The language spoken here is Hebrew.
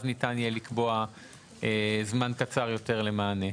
אז ניתן יהיה לקבוע זמן קצר יותר למענה.